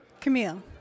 Camille